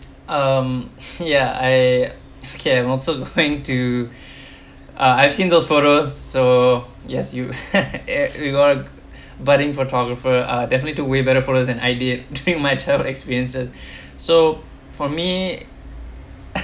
um ya I scare and also the thing to uh I've seen those photos so yes you eh you got a budding photographer uh definitely do way better photos than I did during my travel experiences so for me